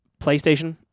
PlayStation